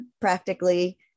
practically